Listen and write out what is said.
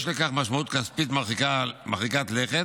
יש לכך משמעות כספית מרחיקת לכת,